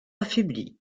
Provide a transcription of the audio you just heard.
affaibli